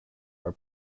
are